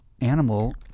animal